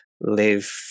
live